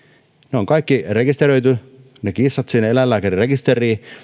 ne kaikki kissat on rekisteröity sinne eläinlääkärin rekisteriin